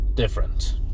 different